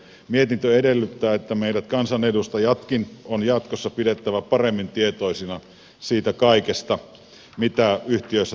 mietintö edellyttää että meidät kansanedustajatkin on jatkossa pidettävä paremmin tietoisina siitä kaikesta mitä yhtiöissä tapahtuu